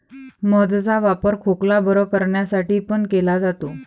मध चा वापर खोकला बरं करण्यासाठी पण केला जातो